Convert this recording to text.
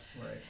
Right